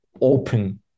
open